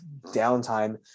downtime